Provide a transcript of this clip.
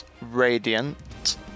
radiant